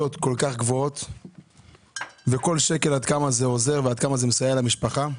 מאוד וכמה כל שקל עוזר ומסייע למשפחה.